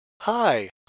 Hi